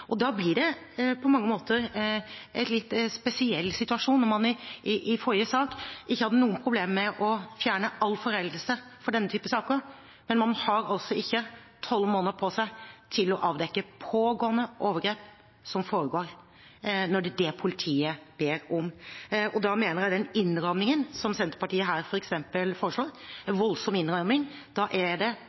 Da blir det på mange måter en litt spesiell situasjon når man i forrige sak ikke hadde noen problemer med å fjerne all foreldelse for denne typen saker, mens man altså ikke har tolv måneder på seg til å avdekke pågående overgrep når det er det politiet ber om. Da mener jeg at med den innrammingen Senterpartiet foreslår, en voldsom innramming, er det personvernet som styrer – det er ikke ofrene, det